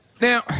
Now